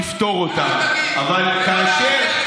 נכון, ככה תגיד.